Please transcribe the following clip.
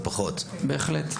בהחלט.